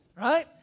Right